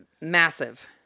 Massive